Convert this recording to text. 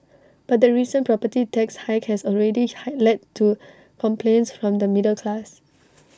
but the recent property tax hike has already hi led to complaints from the middle class